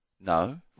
No